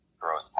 growth